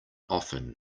often